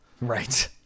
right